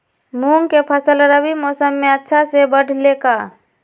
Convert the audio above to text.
मूंग के फसल रबी मौसम में अच्छा से बढ़ ले का?